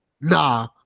nah